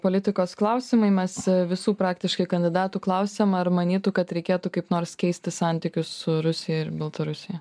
politikos klausimai mes visų praktiškai kandidatų klausiam ar manytų kad reikėtų kaip nors keisti santykius su rusija ir baltarusija